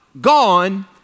Gone